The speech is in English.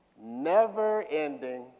never-ending